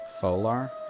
Folar